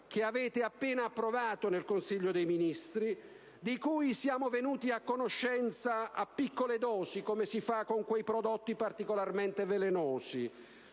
che avete appena approvato nel Consiglio dei ministri: una manovra di cui siamo venuti a conoscenza a piccole dosi, come si fa con quei prodotti particolarmente velenosi,